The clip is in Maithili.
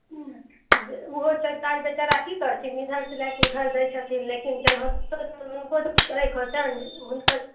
हूँ ओहो सरकार बेचारा की करथिन इधर से लएके उधर दै छथिन लेकिन केनाहितो तऽ हुनको किछु करयके होतनि हुनकर